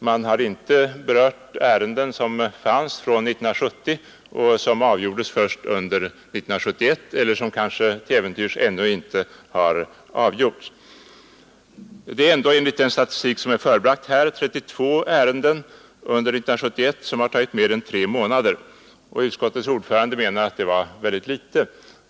Man har inte berört ärenden från 1970 som avgjordes först under 1971 eller som kanske till äventyrs ännu inte har avgjorts. Enligt den statistik som är förebragt är det ändå 32 ärenden under år 1971 som har tagit mer än tre månader, och utskottets ordförande menar att det är väldigt litet.